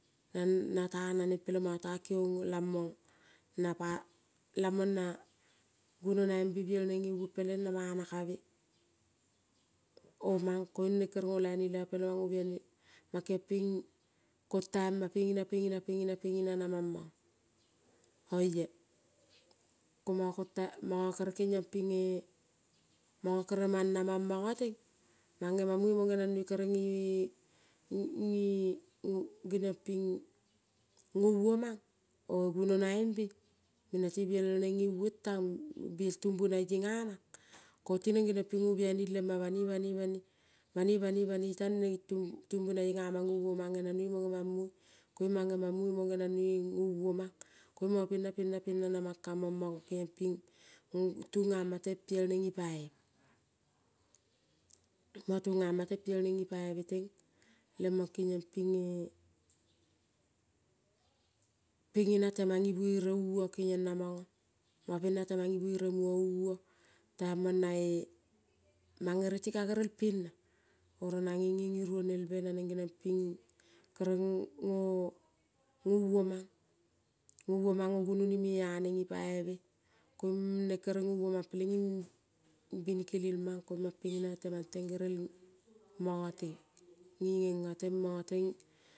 Nata naneng peleng manga ta kiong lamang na gononai be biel neng evong peleng na mana kave omang koing neng kere ngo loini lemang peleng mango biaini, mang keong ping kontainma pengina, pengina, pengina, pengina namang mong. Oia ko manga kontai manga kere ke ngiong pinge, manga kere mang namang manga teng mang gemangmoi mo genang noi kere nge, nge, ngo geniong ping ngovomang ogunonai mbe bi nati biel neng tmbu nae ngamang ngovo mang ngenangnoi mo ngenang moi koiung mang ngemang moi mo ngenang noi ngovo mang koing mang pena, pena, pena namang kama mang kengiong ping tungaa teng piel neng ngipaive. Manga tungama teng piel neng ngi paive teng lemang kengiong pinge pengina temang ivere ua kengiong na manga. Manga pena temang ivere ua taimang nae mang ereti ka gerel pena oro na ngenge ngi ronelve geniong ping kere ngo, ngo, ngovo mang, ngovo mang ogunoni me aneng ngipaive kom mneng kere ngovo mang peleng ing bing kelel mang koma pengina temang teng gerel monga teng nge ngenga teng manga teng.